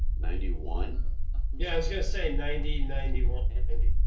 ninety one yeah, it's gonna say ninety ninety one